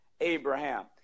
Abraham